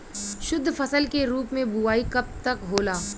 शुद्धफसल के रूप में बुआई कब तक होला?